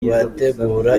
bategura